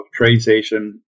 TradeStation